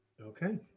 Okay